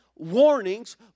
warnings